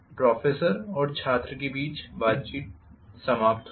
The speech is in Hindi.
प्रोफेसर और छात्र के बीच बातचीत समाप्त होती है